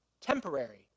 temporary